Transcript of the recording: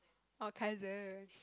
oh Kaiser